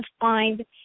find